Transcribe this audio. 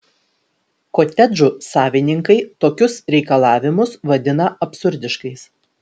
kotedžų savininkai tokius reikalavimus vadina absurdiškais